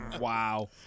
Wow